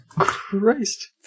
Christ